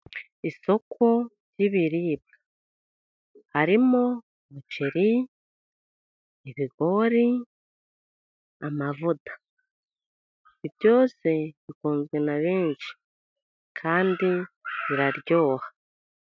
Isoko ry'ibiribwa harimo, umuceri, ibigori ,amavuta byose bikunzwe na benshi kandi biraryoha.